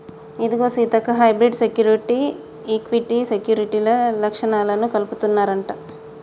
ఇదిగో సీతక్క hybrid security, equity సెక్యూరిటీల లచ్చణాలను కలుపుకుంటన్నాయంట